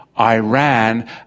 Iran